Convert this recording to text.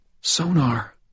Sonar